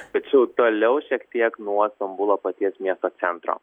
tačiau toliau šiek tiek nuo stambulo paties miesto centro